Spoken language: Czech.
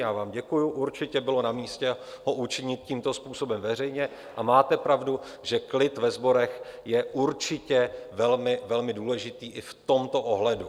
Já vám děkuju, určitě bylo namístě ho učinit tímto způsobem veřejně a máte pravdu, že klid ve sborech je určitě velmi, velmi důležitý i v tomto ohledu.